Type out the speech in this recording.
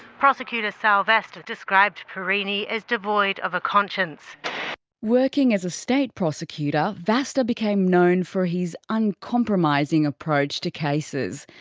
prosecutor sal vasta described perini as devoid of a conscience, hagar working as a state prosecutor, vasta became known for his uncompromising approach to cases.